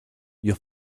your